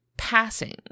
passing